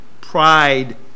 pride